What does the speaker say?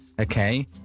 okay